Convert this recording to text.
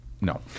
no